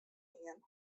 ien